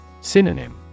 Synonym